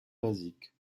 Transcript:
basique